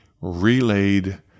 relayed